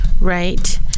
Right